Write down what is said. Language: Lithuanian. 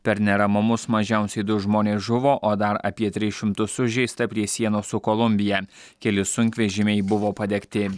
per neramumus mažiausiai du žmonės žuvo o dar apie tris šimtus sužeista prie sienos su kolumbija keli sunkvežimiai buvo padegti